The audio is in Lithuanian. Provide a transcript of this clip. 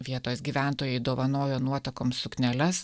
vietos gyventojai dovanojo nuotakoms sukneles